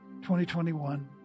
2021